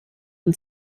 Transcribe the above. und